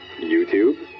YouTube